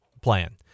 plan